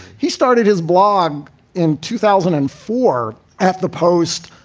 he started his blog in two thousand and four at the post,